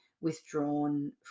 withdrawn